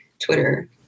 Twitter